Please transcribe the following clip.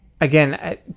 again